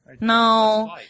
No